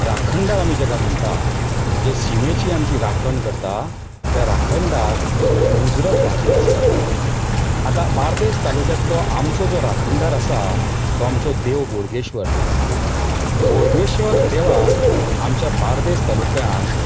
राखणदार आमी जाका म्हणटा जे सिमेची आमची राखण करता ते राखणदार थंय मुजरत हाजीर आसतात आतां बार्देस तालुक्यांतलो आमचो जो राखणदार आसा तो आमचो देव बोडगेश्वर बोडगेश्वर देवाक आमच्या बार्देस तालुक्यांत